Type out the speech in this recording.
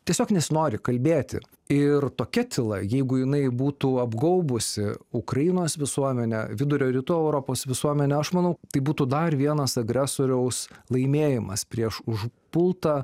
tiesiog nesinori kalbėti ir tokia tyla jeigu jinai būtų apgaubusi ukrainos visuomenę vidurio rytų europos visuomenę aš manau tai būtų dar vienas agresoriaus laimėjimas prieš užpultą